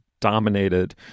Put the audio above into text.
dominated